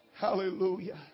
Hallelujah